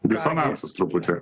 disonansas truputį